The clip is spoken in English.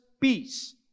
peace